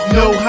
no